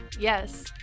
Yes